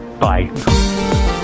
bye